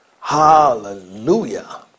hallelujah